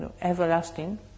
everlasting